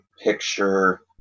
picture